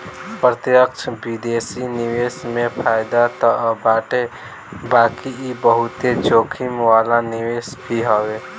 प्रत्यक्ष विदेशी निवेश में फायदा तअ बाटे बाकी इ बहुते जोखिम वाला निवेश भी हवे